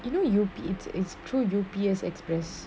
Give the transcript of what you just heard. you know you'd be it's it's through dubious express